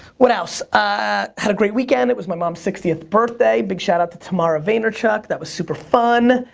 what else, i had a great weekend it was my mom's sixtieth birthday. big shout-out to tamara vaynerchuk. that was super fun!